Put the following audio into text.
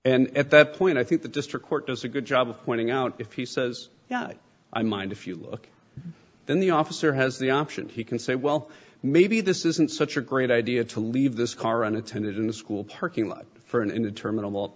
and at that point i think the district court does a good job of pointing out if he says yeah i mind if you look then the officer has the option he can say well maybe this isn't such a great idea to leave this car unattended in the school parking lot for an indetermin